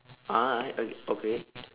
ah oh okay